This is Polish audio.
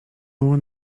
było